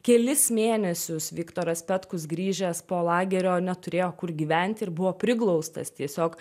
kelis mėnesius viktoras petkus grįžęs po lagerio neturėjo kur gyventi ir buvo priglaustas tiesiog